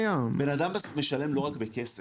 בן אדם בסוף לא משלם רק בכסף,